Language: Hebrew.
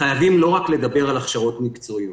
חייבים לא רק לדבר על הכשרות מקצועיות.